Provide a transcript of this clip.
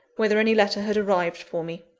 whether any letter had arrived for me.